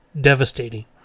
devastating